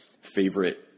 favorite